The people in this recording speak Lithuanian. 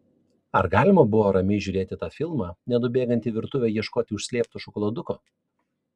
ar galima buvo ramiai žiūrėti tą filmą nenubėgant į virtuvę ieškoti užslėpto šokoladuko